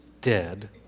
dead